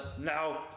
now